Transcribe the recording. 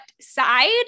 side